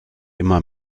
immer